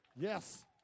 Yes